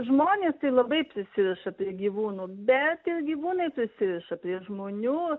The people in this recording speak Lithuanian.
žmonės tai labai prisiriša prie gyvūnų bet ir gyvūnai prisiriša prie žmonių